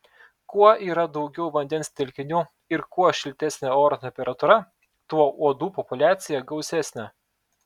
kuo yra daugiau vandens telkinių ir kuo šiltesnė oro temperatūra tuo uodų populiacija gausesnė